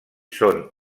són